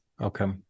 okay